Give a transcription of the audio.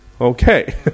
Okay